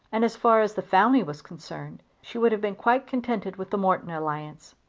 and, as far as the family was concerned, she would have been quite contented with the morton alliance.